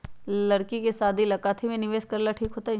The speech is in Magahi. लड़की के शादी ला काथी में निवेस करेला ठीक होतई?